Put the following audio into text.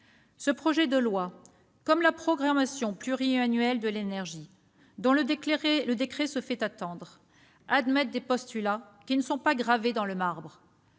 Ce projet de loi et la programmation pluriannuelle de l'énergie, dont le décret se fait attendre, s'appuient sur des hypothèses qui ne semblent pas gravées dans le marbre.